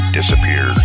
disappear